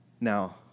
Now